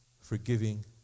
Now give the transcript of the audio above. forgiving